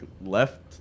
left